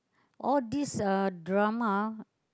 all these drama